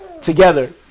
together